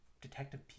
Detective